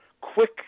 quick